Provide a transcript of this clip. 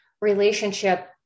relationship